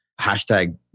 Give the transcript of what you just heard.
hashtag